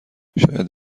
شاید